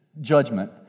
judgment